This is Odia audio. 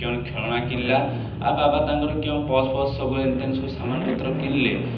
କିଅଣ ଖେଳଣା କିଣିଲା ଆଉ ବାବା ତାଙ୍କର କିଅଣ ପର୍ସ ଫସ୍ ସବୁ ଏନତେନେ ସବୁ ସାମାନ ପତ୍ର କିଣିଲେ